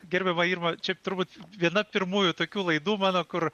gerbiama irma čia turbūt viena pirmųjų tokių laidų mano kur